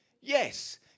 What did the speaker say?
Yes